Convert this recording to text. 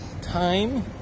time